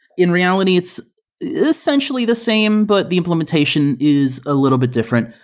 in reality, it's essentially the same, but the implementation is a little bit different.